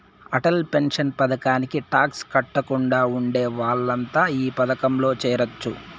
Atal pension పథకానికి tax కట్టకుండా ఉండే వాళ్లంతా ఈ పథకంలో చేరొచ్చు